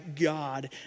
God